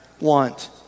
want